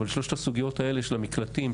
אבל שלוש הסוגיות האלה של המקלטים,